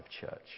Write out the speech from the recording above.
church